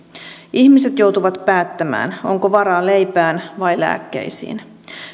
ihmiset joutuvat päättämään onko varaa leipään vai lääkkeisiin